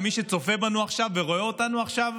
ומי שצופה בנו עכשיו ורואה אותנו עכשיו